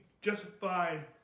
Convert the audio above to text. justified